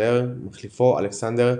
התפטר מחליפו אלכסנדר מלינוב.